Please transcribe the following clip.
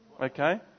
Okay